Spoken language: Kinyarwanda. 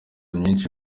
myinshi